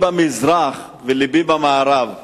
במזרח ולבי במערב.